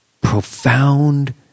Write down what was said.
profound